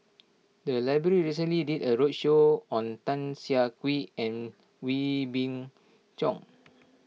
the library recently did a roadshow on Tan Siah Kwee and Wee Beng Chong